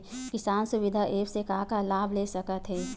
किसान सुविधा एप्प से का का लाभ ले जा सकत हे?